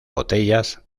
botellas